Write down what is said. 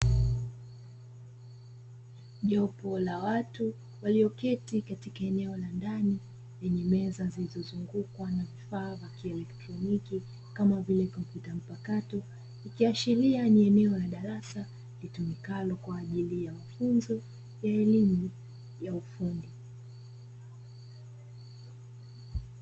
Jopo la watu walioketi katika eneo la ndani lenye meza zilizozungukwa na vifaa vya kieletroniki kama vile kompyuta mpakato, ikiashiria ni eneo la darasa litumikalo kwa ajili ya mafunzo ya elimu ya ufundi.